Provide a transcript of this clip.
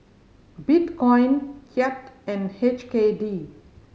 Bitcoin Kyat and H K D